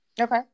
Okay